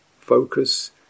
focus